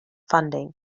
funding